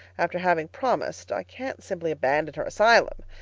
after having promised, i can't simply abandon her asylum.